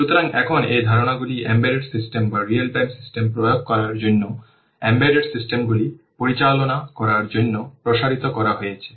সুতরাং এখন এই ধারণাগুলি এমবেডেড সিস্টেম বা রিয়েল টাইম সিস্টেমে প্রয়োগ করার জন্য এমবেডেড সিস্টেমগুলি পরিচালনা করার জন্য প্রসারিত করা হয়েছে